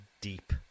deep